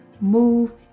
move